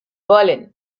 berlin